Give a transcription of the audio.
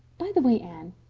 by the way, anne,